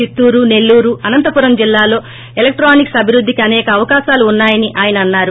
చిత్తూరు సెల్లూరు అనతపురం జిల్లలో ఎలేక్లోనిక్స్ అభివృద్ధికి అసేక అవకాశాలు ఉన్నాయని ఆయన అన్నారు